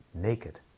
Naked